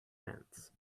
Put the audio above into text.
hands